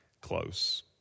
close